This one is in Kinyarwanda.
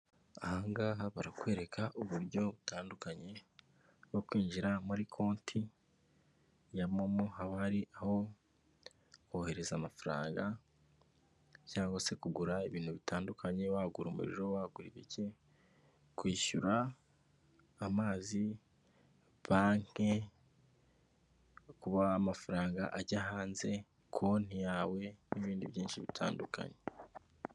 Aha ngaha barakwereka uburyo butandukanye bwo kwinjira muri konti ya momo, haba hari aho kohereza amafaranga cyangwa se kugura ibintu bitandukanye ,wagura umuriro ,wagura ibiki. Kwishyura amazi, banki, kuba amafaranga ajya hanze, konti yawe n'ibindi byinshi bitandukanye.